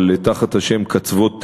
תחת השם "קצוות תבל",